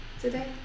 Today